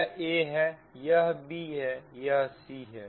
यह a है यह b है यह c है